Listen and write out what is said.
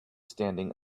standing